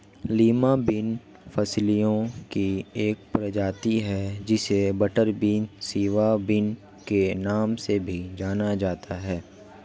Lima bean फलियों की एक प्रजाति है जिसे बटरबीन, सिवा बिन के नाम से भी जाना जाता है